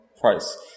price